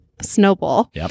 snowball